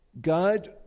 God